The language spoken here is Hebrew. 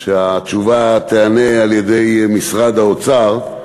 שהתשובה תינתן על-ידי משרד האוצר,